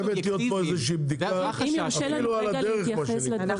חייבת להיות פה בדיקה, אפילו על הדרך מה שנקרא.